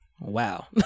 Wow